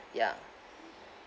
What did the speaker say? ya